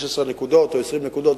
16 נקודות או 20 נקודות,